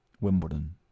Wimbledon